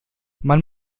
man